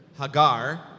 hagar